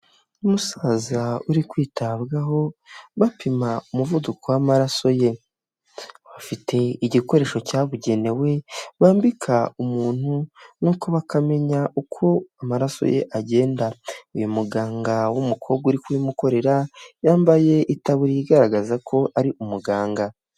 Umusaza uri kwitabwaho bapima umuvuduko w'amaraso ye bafite igikoresho cyabugenewe bambika umuntu ni uko bakamenya uko amaraso ye agenda, uyu muganga w'umukobwa uri kubimukorera yambaye itaburiya igaragaza ko ari umuganga.